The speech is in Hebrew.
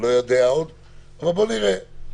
בואו נראה.